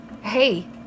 Hey